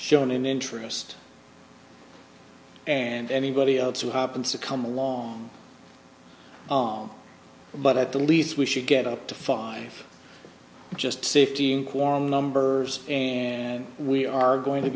shown an interest and anybody else who happens to come along but at the least we should get up to five just say fifteen quorum numbers and we are going to